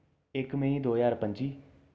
इक मेई दो ज्हार पं'जी